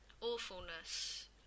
Awfulness